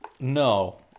No